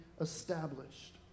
established